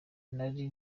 nari